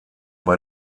bei